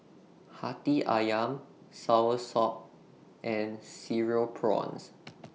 Hati Ayam Soursop and Cereal Prawns